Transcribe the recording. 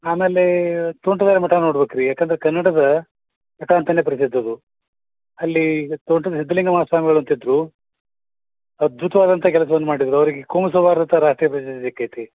ಆಮೇಲೆ ತೋಂಟದಾರ್ಯ ಮಠ ನೋಡ್ಬೇಕು ರೀ ಯಾಕಂದರೆ ಕನ್ನಡದ ಮಠ ಅಂತನೇ ಪ್ರಸಿದ್ಧಿ ಅದು ಅಲ್ಲಿ ತೋಂಟದ ಸಿದ್ದಲಿಂಗ ಮಹಾಸ್ವಾಮಿಗಳು ಅಂತ ಇದ್ದರು ಅದ್ಭುತವಾದಂಥ ಕೆಲಸವನ್ನು ಮಾಡಿದರು ಅವ್ರಿಗೆ ಕೋಮು ಸೌಹಾರ್ದತಾ ರಾಷ್ಟೀಯ ಪ್ರಶಸ್ತಿ ಸಿಕ್ಕೈತಿ